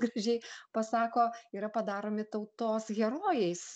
gražiai pasako yra padaromi tautos herojais